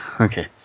Okay